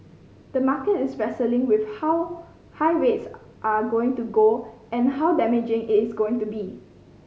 the market is wrestling with how high rates are going to go and how damaging its going to be